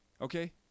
Okay